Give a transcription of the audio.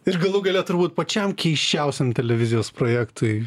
ir galų gale turbūt pačiam keisčiausiam televizijos projektui